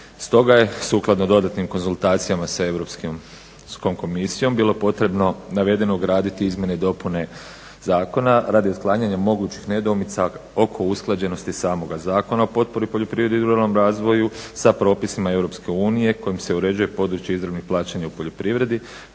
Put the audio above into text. Stoga je sukladno dodatnim konzultacijama s Europskom komisijom bilo potrebno navedeno ugraditi u izmjene i dopune zakona, radi otklanjanja određenih nedoumica oko usklađenosti Zakona potpori poljoprivredi i ruralnom razvoju s propisima EU s kojima se uređuje područje izravnih plaćanja u poljoprivredi